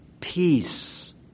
Peace